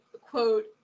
quote